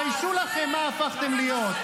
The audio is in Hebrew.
תתביישו לכם, מה הפכתם להיות?